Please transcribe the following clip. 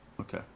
Okay